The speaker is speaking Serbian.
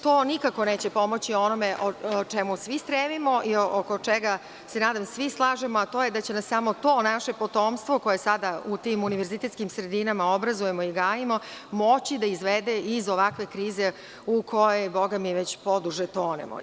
To nikako neće pomoći onome o čemu svi stremimo, oko čega se svi slažemo, a to je da će nas samo to naše potomstvo koje sada u tim univerzitetskim sredinama obrazujemo i gajimo, moći da izvede iz ovakve krize u kojoj bogami već poduže tonemo.